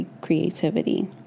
creativity